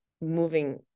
moving